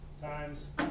times